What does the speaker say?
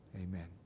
amen